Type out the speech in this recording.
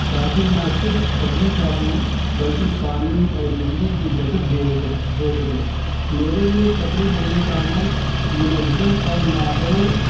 تاکہ نہ صرف کپڑے صاف ہوں بلکہ پانی اور بجلی کی بچت بھی ہو ہو سکے میرے لیے کپڑے دھونے کا عمل منظم اور ماحول